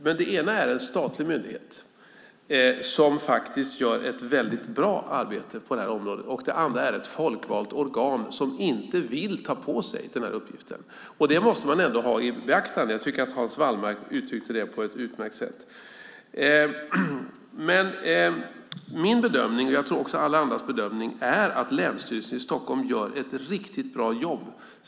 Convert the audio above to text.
Men det ena är en statlig myndighet som gör ett bra arbete på området, och det andra är ett folkvalt organ som inte vill ta på sig uppgiften. Det måste man ändå ta i beaktande. Jag tycker att Hans Wallmark uttryckte detta på ett utmärkt sätt. Min bedömning - och jag tror att det också är alla andras bedömning - är att Länsstyrelsen i Stockholm gör ett riktigt bra jobb.